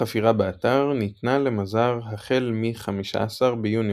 רישיון לחפירה באתר ניתנה למזר החל מ-15 ביוני